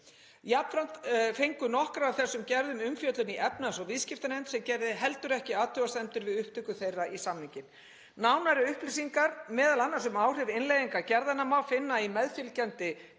Jafnframt fengu nokkrar af þessum gerðum umfjöllun í efnahags- og viðskiptanefnd, sem gerði heldur ekki athugasemdir við upptöku þeirra í samninginn. Nánari upplýsingar, m.a. um áhrif innleiðingar gerðanna, má finna í meðfylgjandi